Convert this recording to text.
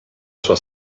sua